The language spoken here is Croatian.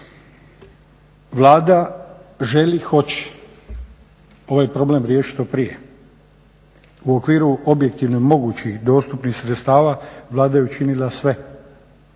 Vlada želi i hoće ovaj problem riješiti od prije u okviru objektivnih mogućih dostupnih sredstava, Vlada je učinila sve,